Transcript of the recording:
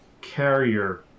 carrier